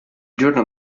giorno